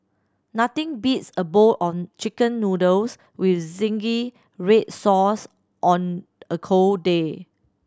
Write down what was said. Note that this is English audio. nothing beats a bowl of Chicken Noodles with zingy red sauce on a cold day